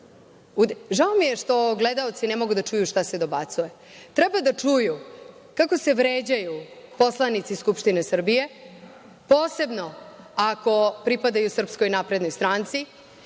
mi je što gledaoci ne mogu da čuju šta se dobacuje. Treba da čuju kako se vređaju poslanici Skupštine Srbije, posebno ako pripadaju Srpskoj naprednoj stranci,